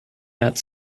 that